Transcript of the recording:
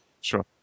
Sure